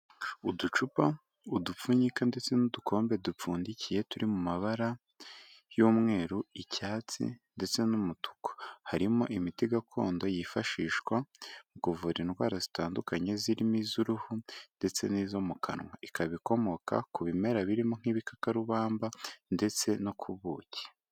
Uducupa, udupfunyika ndetse n'ukombe dupfundikiye turi mu mabara y'umweru, icyatsi ndetse n'umutuku. Harimo imiti gakondo yifashishwa mu kuvura indwara zitandukanye zirimo iz'uruhu ndetse n'izo mu kanwa; ikaba ikomoka ku bimera birimo nk'ibikakarubamba ndetse no ku buki.